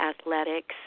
athletics